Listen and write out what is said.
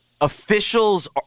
officials